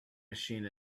machine